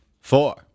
Four